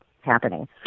happening